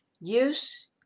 Use